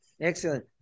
Excellent